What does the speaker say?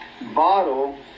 bottle